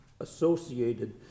associated